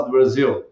Brazil